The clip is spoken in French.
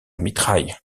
mitraille